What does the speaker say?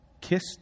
kiss